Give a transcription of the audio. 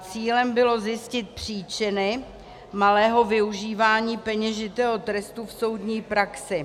Cílem bylo zjistit příčiny malého využívání peněžitého trestu v soudní praxi.